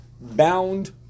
bound